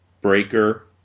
Breaker